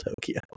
Tokyo